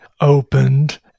opened